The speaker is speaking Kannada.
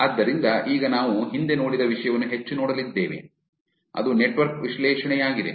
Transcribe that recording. ಆದ್ದರಿಂದ ಈಗ ನಾವು ಹಿಂದೆ ನೋಡಿದ ವಿಷಯವನ್ನು ಹೆಚ್ಚು ನೋಡಲಿದ್ದೇವೆ ಅದು ನೆಟ್ವರ್ಕ್ ವಿಶ್ಲೇಷಣೆಯಾಗಿದೆ